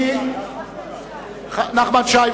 נחמן שי.